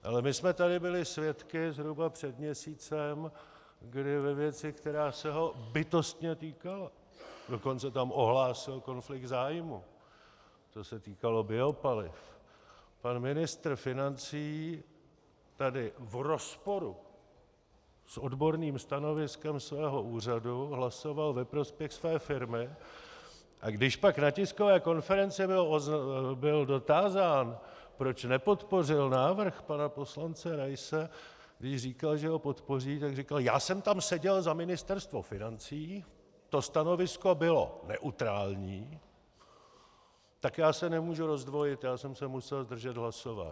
Ale my jsme tady byli svědky zhruba před měsícem, kdy ve věci, která se ho bytostně týkala, dokonce tam ohlásil konflikt zájmů, to se týkalo biopaliv, pan ministr financí tady v rozporu s odborným stanoviskem svého úřadu hlasoval ve prospěch své firmy, a když pak na tiskové konferenci byl dotázán, proč nepodpořil návrh pana poslance Raise, když říkal, že ho podpoří, tak říkal: já jsem tam seděl za Ministerstvo financí, to stanovisko bylo neutrální, tak já se nemůžu rozdvojit, já jsem se musel zdržet hlasování.